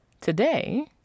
today